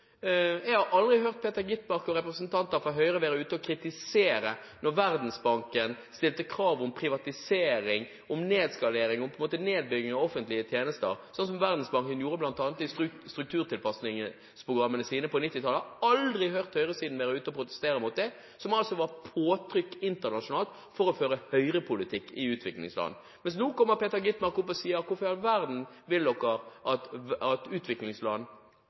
Jeg hørte aldri at Peter Skovholt Gitmark og representanter fra Høyre var ute og kritiserte når Verdensbanken stilte krav om privatisering, om nedskalering og nedbygging av offentlige tjenester, som Verdensbanken bl.a. gjorde i strukturtilpasningsprogrammene sine på 1990-tallet. Jeg har aldri hørt høyresiden være ute og protestere mot det, som altså var et påtrykk internasjonalt for å føre høyrepolitikk i utviklingsland. Men nå kommer Peter Skovholt Gitmark opp og sier: Hvorfor i all verden vil dere at utviklingsland